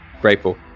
grateful